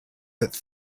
that